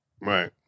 right